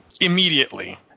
immediately –